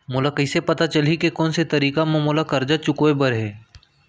मोला कइसे पता चलही के कोन से तारीक म मोला करजा चुकोय बर हे?